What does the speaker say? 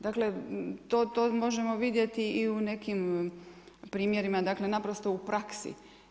Dakle, to možemo vidjeti i u nekim primjerima, dakle naprosto u praksi.